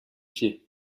pieds